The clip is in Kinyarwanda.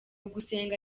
ugusenga